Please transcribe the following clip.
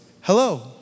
Hello